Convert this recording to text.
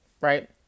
right